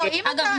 אגב,